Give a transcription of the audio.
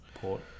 Port